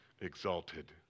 Exalted